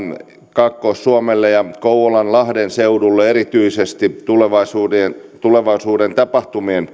kaakkois suomelle ja kouvolan lahden seudulle erityisesti tulevaisuuden tapahtumien